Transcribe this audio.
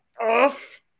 off